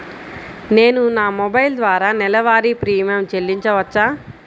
నేను నా మొబైల్ ద్వారా నెలవారీ ప్రీమియం చెల్లించవచ్చా?